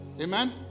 Amen